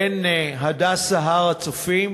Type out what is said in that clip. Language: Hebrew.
בין "הדסה הר-הצופים"